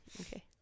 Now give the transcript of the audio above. Okay